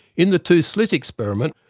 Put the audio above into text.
in the two slit experiment